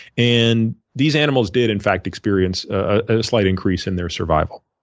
and these animals did in fact experience a slight increase in their survival.